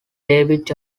david